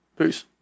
Peace